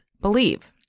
believe